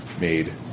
made